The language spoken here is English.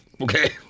Okay